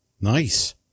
Nice